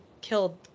killed